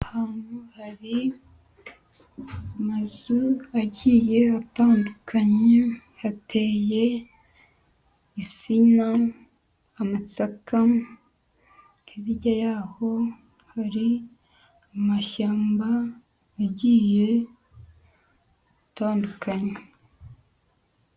Ahantu hari amazu agiye atandukanye, hateye insina, amasaka. hirya y'aho hari amashyamba agiye atandukanye.